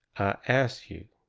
ask you,